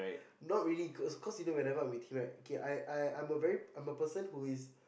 not really close cause you know whenever I'm with him right K I I I'm a very I'm a person who is